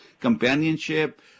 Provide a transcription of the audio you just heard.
companionship